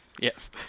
Yes